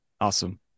awesome